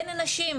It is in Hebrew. אין נשים.